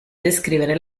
descrivere